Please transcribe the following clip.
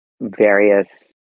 various